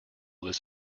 this